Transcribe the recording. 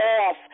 off